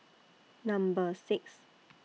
Number six